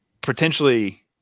potentially